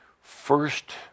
first